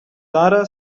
tara